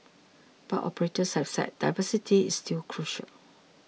but operators have said diversity is still crucial